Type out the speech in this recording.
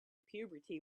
puberty